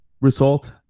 result